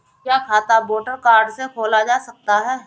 क्या खाता voter card से खोला जा सकता है?